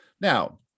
Now